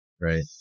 Right